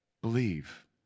believe